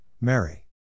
Mary